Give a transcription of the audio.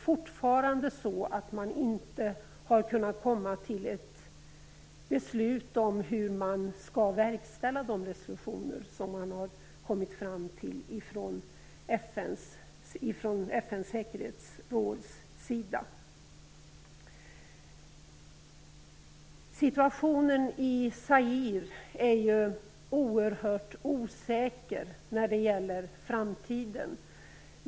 Fortfarande har man inte kunna komma till ett beslut om hur man skall verkställa resolutionerna som antagits av FN:s säkerhetsråd. Situationen i Zaire är oerhört osäker inför framtiden.